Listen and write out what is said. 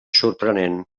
sorprenent